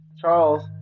Charles